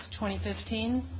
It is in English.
2015